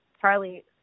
Charlie